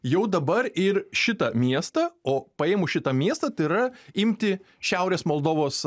jau dabar ir šitą miestą o paėmus šitą miestą tai yra imti šiaurės moldovos